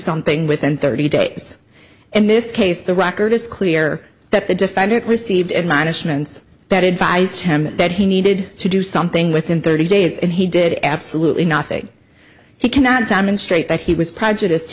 something within thirty days in this case the record is clear that the defendant received admonishments that advised him that he needed to do something within thirty days and he did absolutely nothing he cannot time and straight that he was prejudice